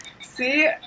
See